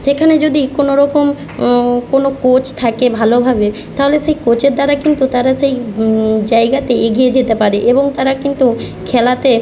সেখানে যদি কোনো রকম কোনো কোচ থাকে ভালোভাবে তাহলে সে কোচের দ্বারা কিন্তু তারা সেই জায়গাতে এগিয়ে যেতে পারে এবং তারা কিন্তু খেলাতে